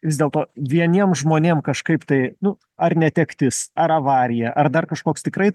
vis dėlto vieniem žmonėm kažkaip tai nu ar netektis ar avarija ar dar kažkoks tikrai